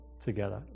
together